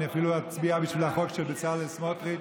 אני אפילו אצביע בשביל החוק של בצלאל סמוטריץ',